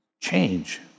Change